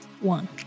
one